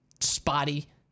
spotty